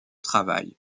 travail